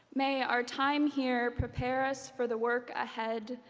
may our time here prepare us for the work ahead,